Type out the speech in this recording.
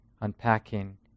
unpacking